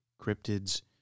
cryptids